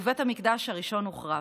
ובית המקדש הראשון הוחרב.